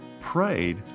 prayed